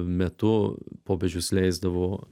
metu popiežius leisdavo